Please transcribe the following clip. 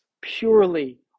purely